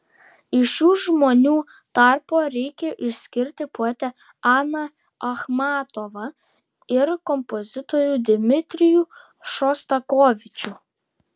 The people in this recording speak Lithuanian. iš šių žmonių tarpo reikia išskirti poetę aną achmatovą ir kompozitorių dmitrijų šostakovičių